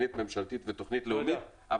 לתוכנית ממשלתית ותוכנית לאומית,